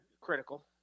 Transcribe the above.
critical